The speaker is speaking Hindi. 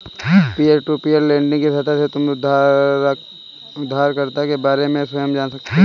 पीयर टू पीयर लेंडिंग की सहायता से तुम उधारकर्ता के बारे में स्वयं जान सकते हो